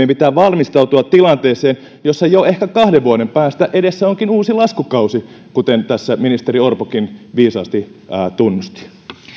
pitää valmistautua tilanteeseen jossa jo ehkä kahden vuoden päästä edessä onkin uusi laskukausi kuten tässä ministeri orpokin viisaasti tunnusti